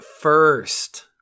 first